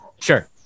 Sure